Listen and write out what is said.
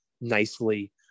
nicely